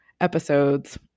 episodes